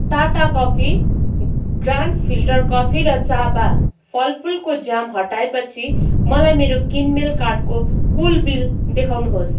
Tata coffee grand filter coffee र चाबा फलफुलको जाम हटाएपछि मलाई मेरो किनमेल कार्टको कुल बिल देखाउनुहोस्